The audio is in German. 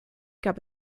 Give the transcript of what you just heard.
gab